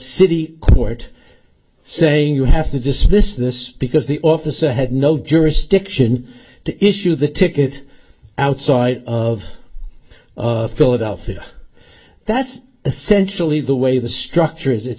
city court saying you have to dismiss this because the officer had no jurisdiction to issue the ticket outside of of philadelphia that's essentially the way the structure is it